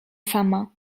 sama